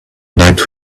night